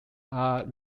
are